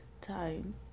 time